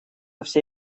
все